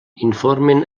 informen